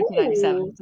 1997